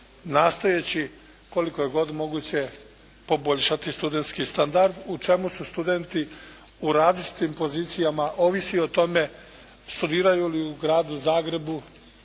nastojeći koliko je god moguće poboljšati studentski standard u čemu su studenti u različitim pozicijama ovisno o tome studiraju li u gradu Zagrebu